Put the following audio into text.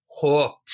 hooked